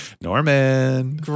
Norman